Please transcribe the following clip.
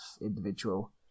individual